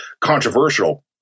controversial